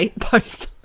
post